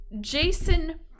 jason